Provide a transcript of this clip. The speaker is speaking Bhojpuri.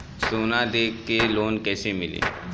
सोना दे के लोन कैसे मिली?